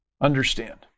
understand